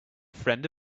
friend